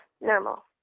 normal